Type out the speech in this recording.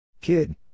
Kid